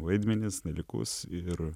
vaidmenis dalykus ir